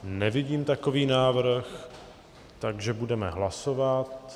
Nevidím takový návrh, takže budeme hlasovat.